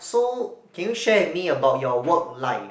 so can you share with me about your work life